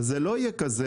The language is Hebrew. אז זה לא יהיה כזה